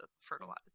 fertilize